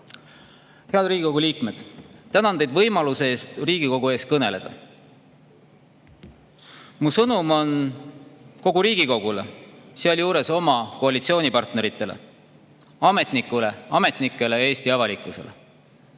Head Riigikogu liikmed! Tänan teid võimaluse eest Riigikogu ees kõneleda. Mu sõnum on kogu Riigikogule, sealjuures oma koalitsioonipartneritele, ametnikele, Eesti avalikkusele: